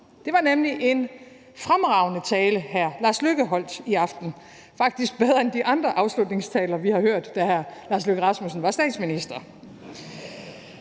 Det var nemlig en fremragende tale, hr. Lars Løkke Rasmussen holdt i aften. Den var faktisk bedre end de andre afslutningstaler, vi har hørt, da hr. Lars Løkke Rasmussen var statsminister.